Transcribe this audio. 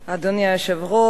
אדוני היושב-ראש,